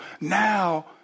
Now